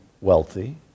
wealthy